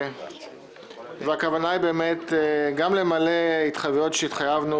הכוונה היא גם למלא התחייבויות שהתחייבנו